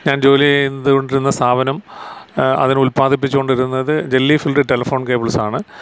ഞാൻ ജോലി ചെയ്തുകൊണ്ടിരുന്ന സ്ഥാപനം അതിൽ ഉല്പാദിപ്പിച്ചുകൊണ്ടിരുന്നത് ജെല്ലി ഫിൽഡ് ടെലഫോൺ കേബിൾസാണ്